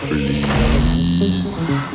Please